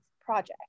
project